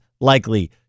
likely